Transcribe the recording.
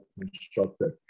constructed